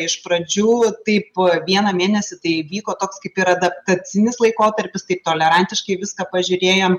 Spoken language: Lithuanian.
iš pradžių taip vieną mėnesį tai vyko toks kaip ir adaptacinis laikotarpis taip tolerantiškai viską pažiūrėjom